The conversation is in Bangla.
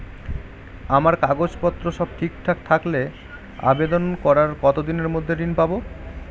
আমার কাগজ পত্র সব ঠিকঠাক থাকলে আবেদন করার কতদিনের মধ্যে ঋণ পাব?